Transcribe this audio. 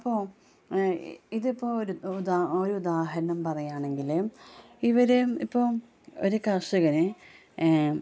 അപ്പോൾ ഇതിപ്പോൾ ഒരു ഒരു ഉദാഹരണം പറയുകയാണെങ്കിൽ ഇവർ ഇപ്പോൾ ഒരു കർഷകന്